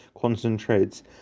concentrates